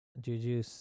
Juju